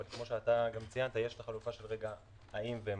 אבל כמו שאתה ציינת יש החלופה של "האם" ו"מה".